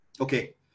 Okay